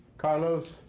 carlos